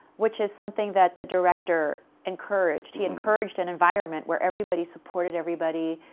which is something that the director encouraged. he encouraged an environment where everybody supported everybody,